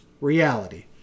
reality